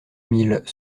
mille